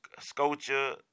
sculpture